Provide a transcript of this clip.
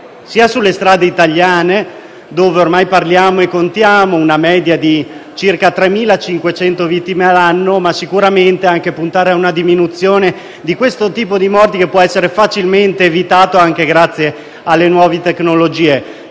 sulle strade italiane, dove ormai contiamo una media di circa 3.500 vittime all'anno, ma sicuramente anche quello di puntare a una diminuzione di questo tipo di morti, che può essere facilmente evitato, anche grazie alle nuove tecnologie.